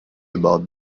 about